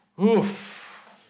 Oof